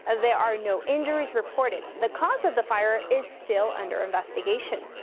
and there are no injuries reported the cause of the fire is still under investigation.